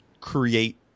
create